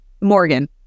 morgan